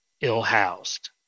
ill-housed